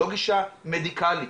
לא גישה מדיקלית.